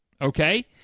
Okay